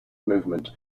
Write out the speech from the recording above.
movement